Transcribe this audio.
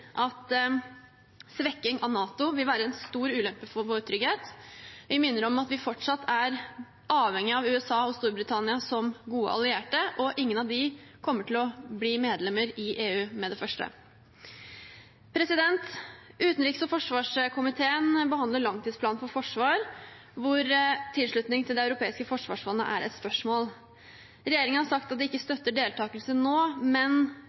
at svekking av NATO vil være en stor ulempe for vår trygghet. Vi minner om at vi fortsatt er avhengige av USA og Storbritannia som gode allierte, og ingen av dem kommer til å bli medlemmer av EU med det første. Utenriks- og forsvarskomiteen behandler langtidsplanen for Forsvaret, der tilslutning til det europeiske forsvarsfondet er et spørsmål. Regjeringen har sagt at de ikke støtter deltakelse nå, men